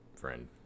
friend